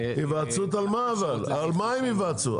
על מה הם ייוועצו?